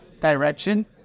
direction